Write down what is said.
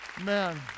man